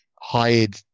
hide